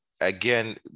Again